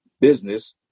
business